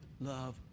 love